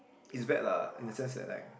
it's bad lah in the sense that like